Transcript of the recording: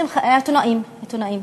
20 עיתונאים.